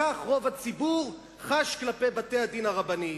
כך יש אצל רוב הציבור לבתי-הדין הרבניים.